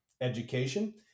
education